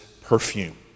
perfume